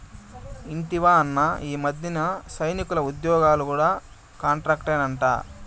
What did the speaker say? ఇంటివా అన్నా, ఈ మధ్యన సైనికుల ఉజ్జోగాలు కూడా కాంట్రాక్టేనట